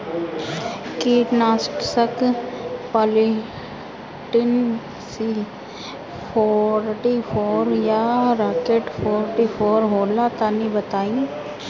कीटनाशक Polytrin C forty four या rocket forty four होला तनि बताई?